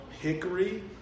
Hickory